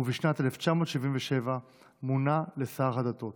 ובשנת 1977 מונה לשר הדתות.